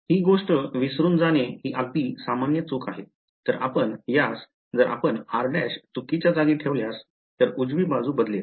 ही गोष्ट विसरून जाणे ही अगदी सामान्य चूक आहे जर आपण यास जर आपण r' चुकीच्या जागी ठेवल्यास तर उजवी बाजू बदलेल